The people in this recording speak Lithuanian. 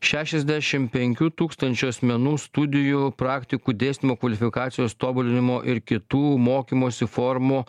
šešiasdešim penkių tūkstančių asmenų studijų praktikų dėstymo kvalifikacijos tobulinimo ir kitų mokymosi formų